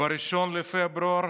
ב-1 בפברואר